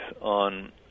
on